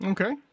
Okay